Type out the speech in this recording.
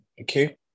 okay